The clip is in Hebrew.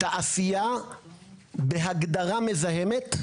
תעשייה בהגדרה מזהמת,